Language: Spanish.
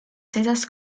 setas